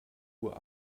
uhr